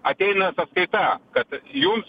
ateina sąskaita kad jums